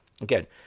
Again